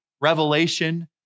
revelation